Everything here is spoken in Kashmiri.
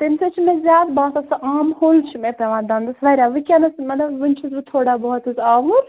تَمہِ سۭتۍ چھُ مےٚ زیادٕ باسان سُہ آم ہوٚل چھُ مےٚ پٮ۪وان دَنٛدَس واریاہ ؤنکٮ۪نَس مطلب وُنہِ چھُس بہٕ تھوڑا بہت چھُس آوُر